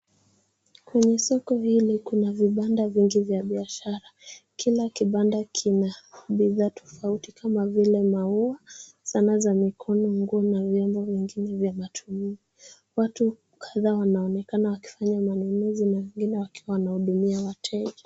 Kwenye soko hili kuna vibanda vingi vya biashara. Kila kibanda kina bidhaa tofauti kama vile maua, Sanaa za mikono, nguo na vyombo vingine vya matumizi. Watu kadhaa wanaonekana wakifanya manunuzi na wengine wakiwa wanahudumia wateja.